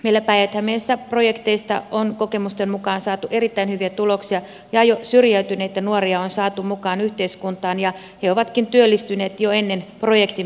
meillä päijät hämeessä projekteista on kokemusten mukaan saatu erittäin hyviä tuloksia ja jo syrjäytyneitä nuoria on saatu mukaan yhteiskuntaan ja he ovatkin työllistyneet jo ennen projektin päättymistä